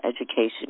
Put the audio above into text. education